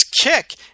kick